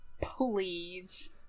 Please